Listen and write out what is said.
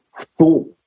thought